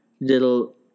little